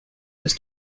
was